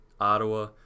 Ottawa